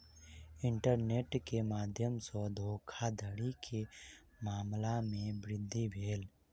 internet के माध्यम सॅ धोखाधड़ी के मामला में वृद्धि भेल